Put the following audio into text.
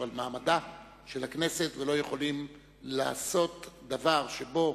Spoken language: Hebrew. על מעמדה של הכנסת ולא יכולים לעשות דבר שבו